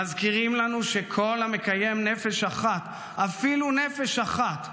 מזכירים לנו שכל המקיים נפש אחת, אפילו נפש אחת,